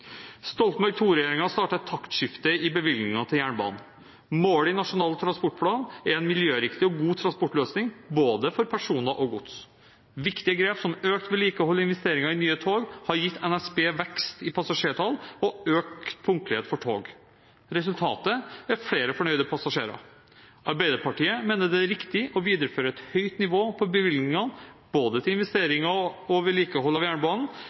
Stoltenberg II-regjeringen startet et taktskifte i bevilgningene til jernbane. Målet i Nasjonal transportplan er en miljøriktig og god transportløsning for både personer og gods. Viktige grep som økt vedlikehold og investeringer i nye tog har gitt NSB vekst i passasjertall og økt punktlighet for tog. Resultatet er flere fornøyde passasjerer. Arbeiderpartiet mener det er riktig å videreføre et høyt nivå på bevilgningene både til investeringer og til vedlikehold av jernbanen